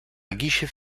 guichets